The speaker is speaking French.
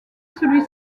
celui